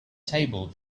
table